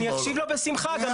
אני אקשיב לו בשמחה.